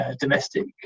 domestic